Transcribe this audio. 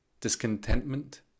discontentment